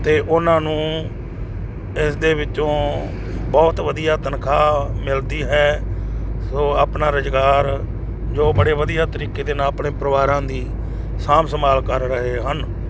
ਅਤੇ ਉਹਨਾਂ ਨੂੰ ਇਸ ਦੇ ਵਿੱਚੋਂ ਬਹੁਤ ਵਧੀਆ ਤਨਖਾਹ ਮਿਲਦੀ ਹੈ ਸੋ ਆਪਣਾ ਰੁਜ਼ਗਾਰ ਜੋ ਬੜੇ ਵਧੀਆ ਤਰੀਕੇ ਦੇ ਨਾਲ ਆਪਣੇ ਪਰਿਵਾਰਾਂ ਦੀ ਸਾਂਭ ਸੰਭਾਲ ਕਰ ਰਹੇ ਹਨ